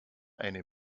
eine